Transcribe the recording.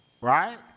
Right